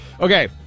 Okay